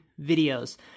videos